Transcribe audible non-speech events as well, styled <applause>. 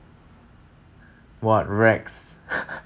<breath> what racks <noise>